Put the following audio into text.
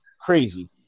Crazy